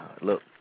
look